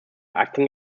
acting